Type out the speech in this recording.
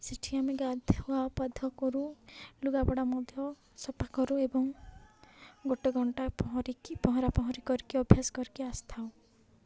ସେଠି ଆମେ ଗାଧୁଆପାଧୁଆ କରୁ ଲୁଗାପଡ଼ା ମଧ୍ୟ ସଫା କରୁ ଏବଂ ଗୋଟେ ଘଣ୍ଟା ପହଁରିକି ପହଁରା ପହଁରି କରିକି ଅଭ୍ୟାସ କରିକି ଆସିଥାଉ